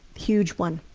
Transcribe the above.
huge one.